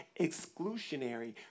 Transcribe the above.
exclusionary